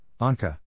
Anka